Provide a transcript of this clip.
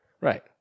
Right